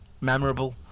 memorable